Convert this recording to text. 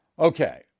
Okay